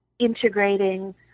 integrating